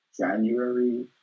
January